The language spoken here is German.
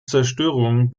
zerstörungen